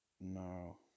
No